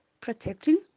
protecting